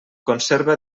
conserva